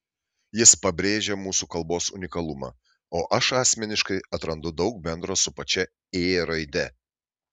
jis pabrėžia mūsų kalbos unikalumą o aš asmeniškai atrandu daug bendro su pačia ė raide